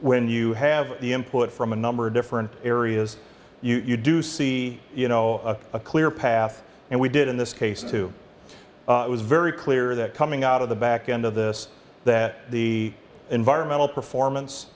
when you have the input from a number of different areas you do see you know a clear path and we did in this case to it was very clear that coming out of the back end of this that the environmental performance